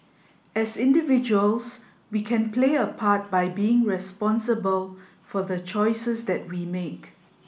as individuals we can play a part by being responsible for the choices that we make